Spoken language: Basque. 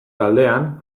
taldean